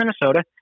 Minnesota